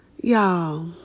Y'all